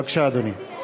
בבקשה, אדוני.